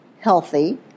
healthy